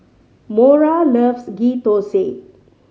Mora loves Ghee Thosai